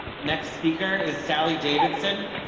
next speaker is sally davidson,